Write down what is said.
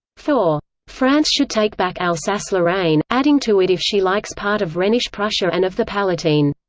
four france should take back alsace-lorraine, adding to it if she likes part of rhenish prussia and of the palatine